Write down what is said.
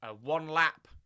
one-lap